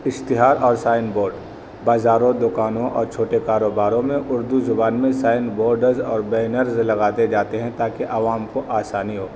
اشتہار اور sign board بازاروں دوکانوں اور چھوٹے کاروباروں میں اردو زبان میں سائن بورڈز اور بینرز لگاتے جاتے ہیں تاکہ عوام کو آسانی ہو